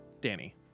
Danny